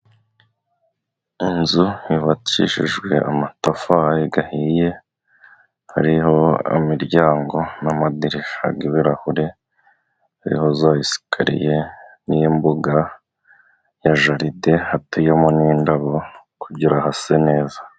Inzu yubakishijwe amatafari ahiye, hariho imiryango n'amadirishya y'ibirahuri hariho za esikariye, n'imbuga ya jaride hateyemo n'indabo kugira ngo hase neza.